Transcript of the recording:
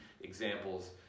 examples